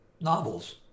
novels